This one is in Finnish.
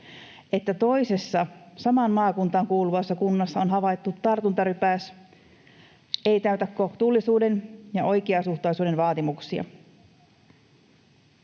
että toisessa samaan maakuntaan kuuluvassa kunnassa on havaittu tartuntarypäs, ei täytä kohtuullisuuden ja oikeasuhtaisuuden vaatimuksia.